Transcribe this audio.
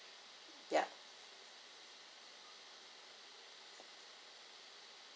yeah